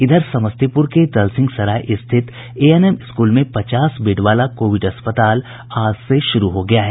इधर समस्तीपुर के दलसिंहसराय स्थित एएनएम स्कूल में पचास बेड वाला कोविड अस्पताल आज से शुरू हो गया है